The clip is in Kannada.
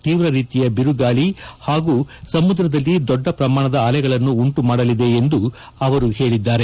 ತೀವ್ರ ರೀತಿಯ ಬಿರುಗಾಳ ಹಾಗೂ ಸಮುದ್ರದಲ್ಲಿ ದೊಡ್ಡ ಪ್ರಮಾಣದ ಅಲೆಗಳನ್ನು ಉಂಟು ಮಾಡಲಿದೆ ಎಂದು ಹೇಳಿದ್ಗಾರೆ